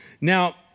Now